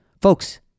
Folks